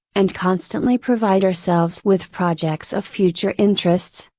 and constantly provide ourselves with projects of future interests,